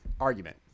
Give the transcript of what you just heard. argument